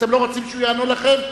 אתם לא רוצים שהוא יענה לכם?